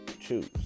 choose